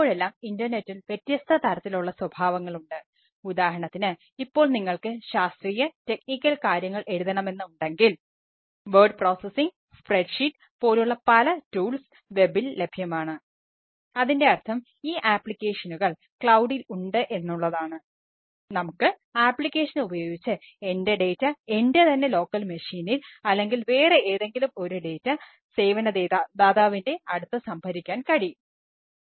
ഇപ്പോഴെല്ലാം ഇൻറർനെറ്റിൽ സേവനദാതാവിൻറെ അടുത്തു സംഭരിക്കാൻ കഴിയും